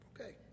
Okay